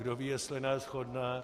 Kdo ví, jestli ne shodné.